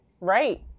Right